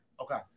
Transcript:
Okay